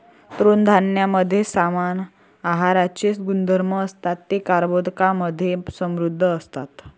तृणधान्यांमध्ये समान आहाराचे गुणधर्म असतात, ते कर्बोदकांमधे समृद्ध असतात